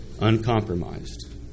uncompromised